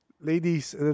ladies